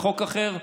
בחוק אחר,